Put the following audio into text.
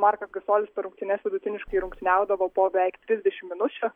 markas gasolis per rungtynes vidutiniškai rungtyniaudavo po beveik trisdešimt minučių